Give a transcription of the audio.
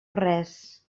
res